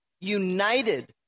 United